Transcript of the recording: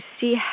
see